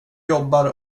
jobbar